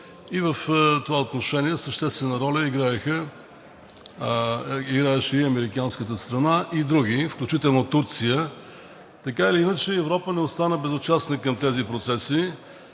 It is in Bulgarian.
и в това отношение съществена роля играеше и американската страна, и други, включително Турция. Така или иначе Европа не остана безучастна към тези процеси